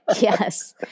yes